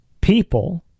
people